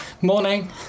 Morning